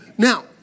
Now